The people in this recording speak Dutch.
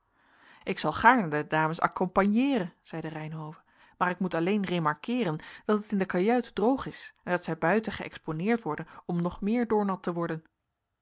ik zal gaarne de dames accompagneeren zeide reynhove maar ik moet alleen remarqueeren dat het in de kajuit droog is en dat zij buiten geëxponeerd worden om nog meer doornat te worden